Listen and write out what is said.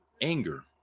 anger